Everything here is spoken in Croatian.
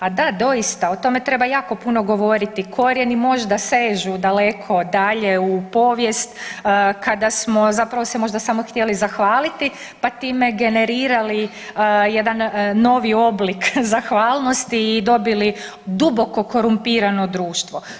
A da doista o tome treba jako puno govoriti, korijeni možda sežu daleko dalje u povijest kada smo zapravo se možda samo htjeli zahvaliti pa time generirali jedan novi oblik zahvalnosti i dobili duboko korumpirano društvo.